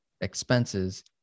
expenses